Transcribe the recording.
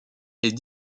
est